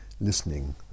listening